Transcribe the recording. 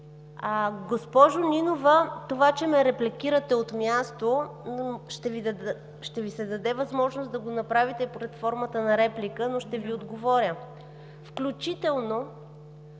Госпожо Нинова, това, че ме репликирате от място, ще Ви се даде възможност да го направите под формата на реплика, но ще Ви отговоря. При